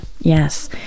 Yes